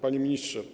Panie Ministrze!